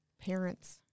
parents